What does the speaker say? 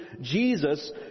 Jesus